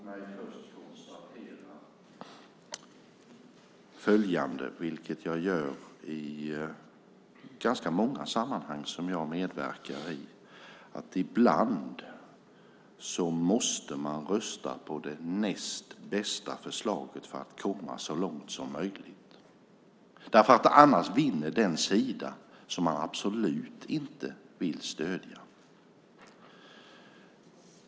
Herr talman! Låt mig först konstatera följande, vilket jag gör i ganska många sammanhang som jag medverkar i: Ibland måste man rösta på det näst bästa förslaget för att komma så långt som möjligt. Annars vinner den sida som vi absolut inte vill stödja.